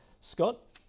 Scott